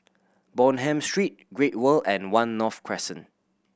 Bonham Street Great World and One North Crescent